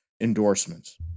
endorsements